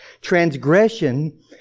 Transgression